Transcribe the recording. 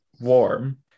warm